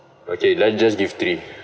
okay then just give three